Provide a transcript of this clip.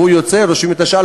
וכשהוא יוצא רושמים את השעה.